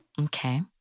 Okay